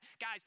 Guys